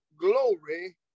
glory